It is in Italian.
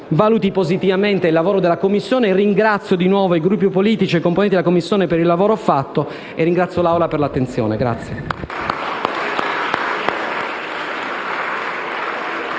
valuti positivamente il lavoro della Commissione. Ringrazio nuovamente i Gruppi politici e i componenti della Commissione per il lavoro svolto e ringrazio l'Assemblea per l'attenzione.